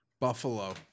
Buffalo